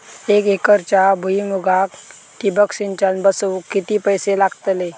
एक एकरच्या भुईमुगाक ठिबक सिंचन बसवूक किती पैशे लागतले?